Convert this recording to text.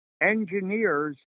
Engineers